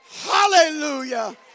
Hallelujah